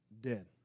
dead